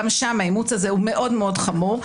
גם שם האימוץ הזה הוא מאוד חמור.